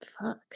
Fuck